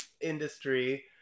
industry